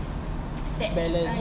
get balance